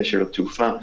קשרי תעופה.